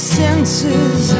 senses